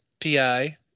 PI